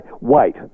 wait